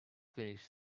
finish